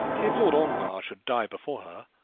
if lord ongar should die before her,